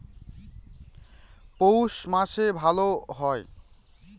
পৌষ মাসে ভালো হয়?